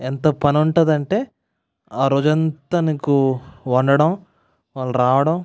ఎంత పని ఉంటుందంటే ఆ రోజంతా నీకు వండడం వాళ్ళు రావడం